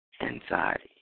anxiety